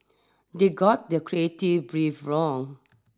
they got the creative brief wrong